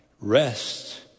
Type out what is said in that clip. rest